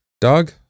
Doug